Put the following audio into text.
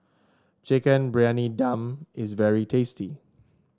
Chicken Briyani Dum is very tasty